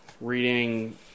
reading